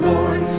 Lord